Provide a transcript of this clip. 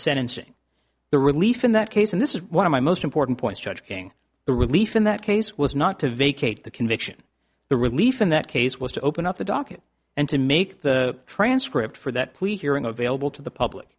sentencing the relief in that case and this is one of my most important points judge king the relief in that case was not to vacate the conviction the relief in that case was to open up the docket and to make the transcript for that plea hearing available to the public